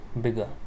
Bigger